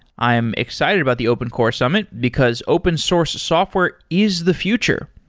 i am excited about the open core summit, because open source software is the future.